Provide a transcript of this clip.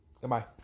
Goodbye